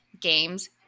games